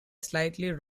slightly